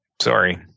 sorry